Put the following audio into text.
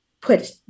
put